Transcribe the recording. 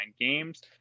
games